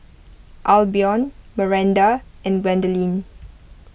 Albion Maranda and Gwendolyn